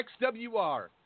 XWR